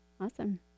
Awesome